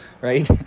right